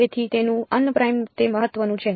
તેથી તેનું unprimed તે મહત્વનું છે